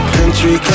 Country